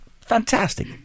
Fantastic